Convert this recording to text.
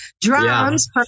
Drums